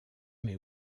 mais